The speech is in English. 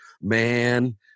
Man